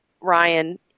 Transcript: Ryan